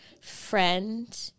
friend